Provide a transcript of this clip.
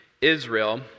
Israel